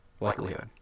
Likelihood